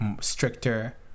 stricter